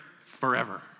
forever